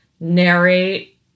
narrate